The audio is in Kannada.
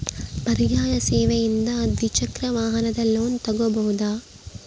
ಪರ್ಯಾಯ ಸೇವೆಯಿಂದ ದ್ವಿಚಕ್ರ ವಾಹನದ ಲೋನ್ ತಗೋಬಹುದಾ?